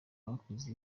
bakoze